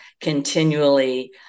continually